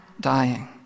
dying